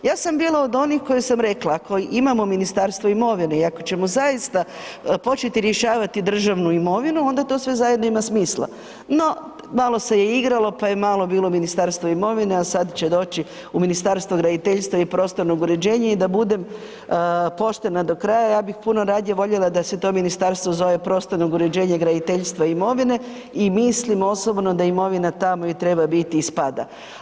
Ja sam bila od onih koja sam rekla, ako imamo Ministarstvo imovine i ako ćemo zaista početi rješavati državnu imovinu onda to zajedno ima smisla, no malo se je igralo pa je malo bilo Ministarstvo imovine, a sad će doći u Ministarstvo graditeljstva i prostornog uređenja i da budem poštena do kraja ja bih puno radije voljela da se to ministarstvo zove prostornog uređenja, graditeljstva i imovine i mislim osobno da imovina tamo i treba biti i spada.